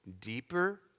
deeper